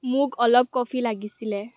মোক অলপ কফি লাগিছিলে